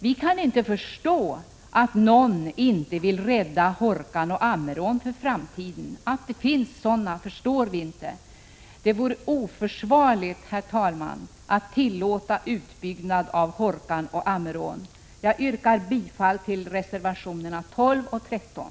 Vi kan inte förstå att det skulle finnas någon som inte vill rädda Hårkan och Ammerån för framtiden — att det finns sådana förstår vi alltså inte. Det vore oförsvarligt, herr talman, att tillåta en utbyggnad av Hårkan och Ammerån. Jag yrkar bifall till reservationerna 12 och 13.